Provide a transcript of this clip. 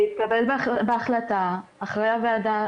זה יתקבל בהחלטה אחרי הוועדה,